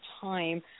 time